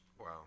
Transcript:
Wow